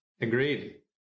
Agreed